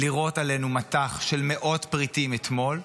לירות עלינו מטח של מאות פריטים אתמול,